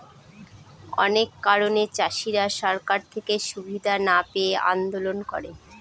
অনেক কারণে চাষীরা সরকার থেকে সুবিধা না পেয়ে আন্দোলন করে